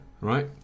right